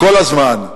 כל הזמן.